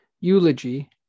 Eulogy